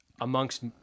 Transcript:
amongst